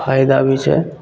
फायदा भी छै